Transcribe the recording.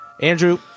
Andrew